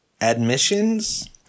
Admissions